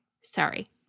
Sorry